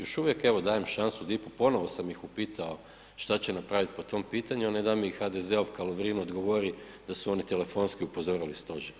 Još uvijek dajem evo dajem šansu DIP-u ponovo sam ih upitao šta će napraviti po tom pitanju, a ne da mi HDZ-ovka Lovrin odgovori da su oni telefonski upozorili stožer.